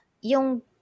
yung